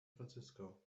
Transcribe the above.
francisco